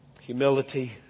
humility